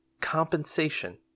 Compensation